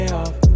off